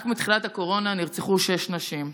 רק מתחילת הקורונה נרצחו שש נשים.